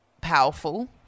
powerful